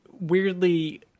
weirdly